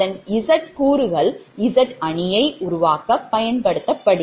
அதன் Z கூறுகள் Z அணியை உருவாக்க பயன்படுத்தப்படும்